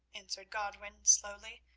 answered godwin slowly,